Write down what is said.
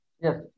Yes